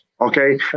okay